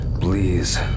Please